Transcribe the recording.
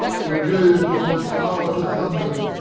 or jove for's power to thunder.